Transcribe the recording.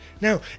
Now